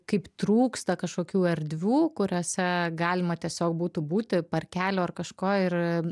kaip trūksta kažkokių erdvių kuriose galima tiesiog būtų būti parkelio ar kažko ir